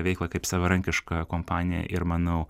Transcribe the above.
veiklą kaip savarankiška kompanija ir manau